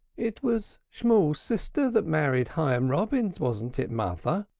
it was shmool's sister that married hyam robins, wasn't it, mother?